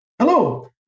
Hello